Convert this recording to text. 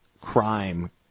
crime